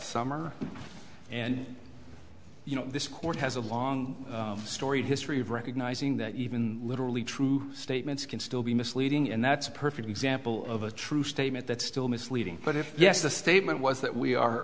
summer and you know this court has a long storied history of recognizing that even literally true statements can still be misleading and that's a perfect example of a true statement that's still misleading but if yes the statement was that we are